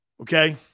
Okay